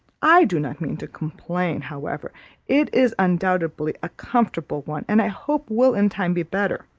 i do not mean to complain, however it is undoubtedly a comfortable one, and i hope will in time be better.